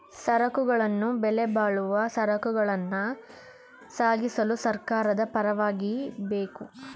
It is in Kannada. ಸರಕುಗಳನ್ನು ಬೆಲೆಬಾಳುವ ಸರಕುಗಳನ್ನ ಸಾಗಿಸಲು ಸರ್ಕಾರದ ಪರವಾನಗಿ ಬೇಕು